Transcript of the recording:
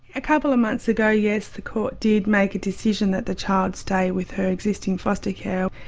a couple of months ago, yes, the court did make a decision that the child stay with her existing foster care,